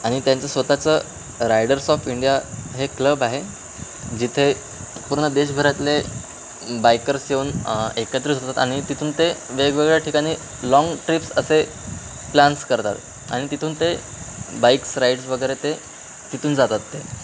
आणि त्यांचं स्वत चं रायडर्स ऑफ इंडिया हे क्लब आहे जिथे पूर्ण देशभरातले बायकर्स येऊन एकत्रित होतात आणि तिथून ते वेगवेगळ्या ठिकाणी लाँग ट्रिप्स असे प्लॅन्स करतात आणि तिथून ते बाईक्स राईड्स वगैरे ते तिथून जातात ते